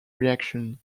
reaction